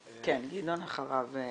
גדעון, אחריו אבי.